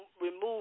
remove